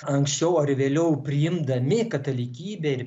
anksčiau ar vėliau priimdami katalikybę ir